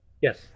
Yes